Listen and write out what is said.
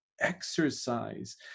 exercise